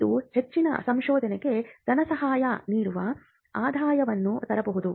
ಇದು ಹೆಚ್ಚಿನ ಸಂಶೋಧನೆಗೆ ಧನಸಹಾಯ ನೀಡುವ ಆದಾಯವನ್ನು ತರಬಹುದು